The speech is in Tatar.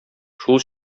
шул